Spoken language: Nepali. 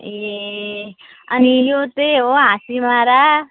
ए अनि यो चाहिँ हो हाँसिमारा